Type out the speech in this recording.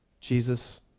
Jesus